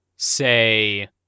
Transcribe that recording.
say